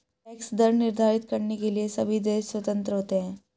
tax दर निर्धारित करने के लिए सभी देश स्वतंत्र होते है